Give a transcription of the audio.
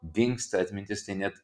dingsta atmintis tai net